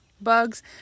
bugs